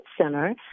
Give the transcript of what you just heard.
center